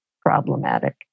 problematic